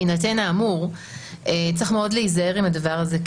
בהינתן האמור צריך מאוד להיזהר עם הדבר הזה,